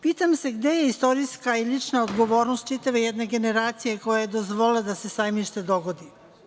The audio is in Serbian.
Pitam se – gde je istorijska i lična odgovornost čitave jedne generacije koja je dozvolila da se „Sajmište“ dogodi?